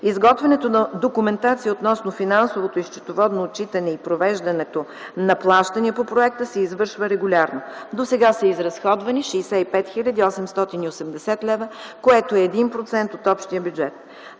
Изготвянето на документация относно финансовото и счетоводно отчитане и провеждането на плащания по проекта се извършва регулярно. Досега са изразходвани 65 880 лв., което е 1% от общия бюджет.